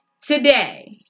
Today